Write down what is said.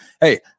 Hey